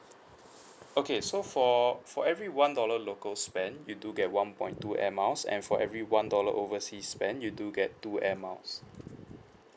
okay so for for every one dollar local spent you do get one point two air miles and for every one dollar overseas spent you do get two air miles